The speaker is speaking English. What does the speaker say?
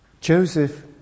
Joseph